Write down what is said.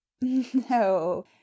No